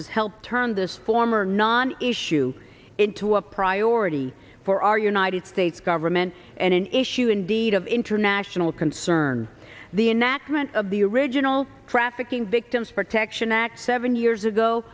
has helped turn this former non issue into a priority for our united states government and an issue indeed of international concern the enactment of the original trafficking victims protection act seven years ago